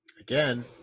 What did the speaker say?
Again